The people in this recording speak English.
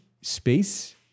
space